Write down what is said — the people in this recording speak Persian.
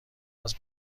است